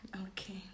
okay